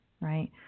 right